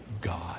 God